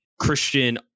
Christian